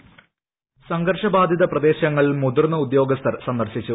voice സംഘർഷ ബാധിത പ്രദേശങ്ങൾ മുതിർന്ന ഉദ്യോഗസ്ഥർ സന്ദർശിച്ചു